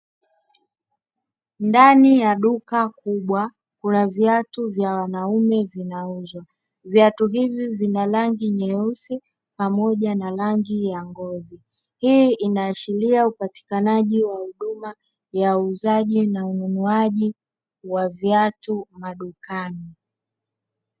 ndani ya duka kubwa kuna viatu vya wanaume vinauzwa viatu hivi vina rangi nyeusi pamoja na pamoja na rangi ya ngozi, hii inaashiria upatikanaji wa huduma ya uuzaji na ununuaji wa viatu madukani.